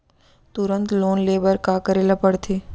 तुरंत लोन ले बर का करे ला पढ़थे?